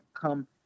come